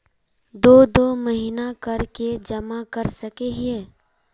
दो दो महीना कर के जमा कर सके हिये?